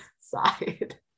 side